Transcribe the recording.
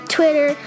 Twitter